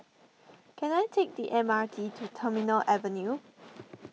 can I take the M R T to Terminal Avenue